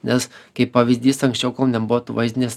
nes kaip pavyzdys anksčiau kol nebuvo tų vaizdinės